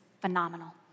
phenomenal